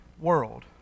world